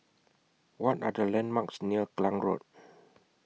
What Are The landmarks near Klang Road